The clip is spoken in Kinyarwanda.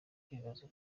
kwibaza